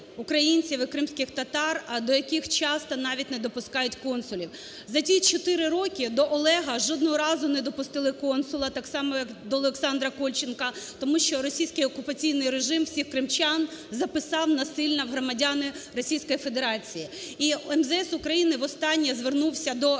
українців і кримських татар, до яких часто навіть не допускають консулів. За ті чотири роки до Олега жодного разу не допустили консула, так само, як до Олександра Кольченка. Тому що російський окупаційний режим всіх кримчан записав насильно в громадяни Російської Федерації. І МЗС України востаннє звернувся до